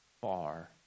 far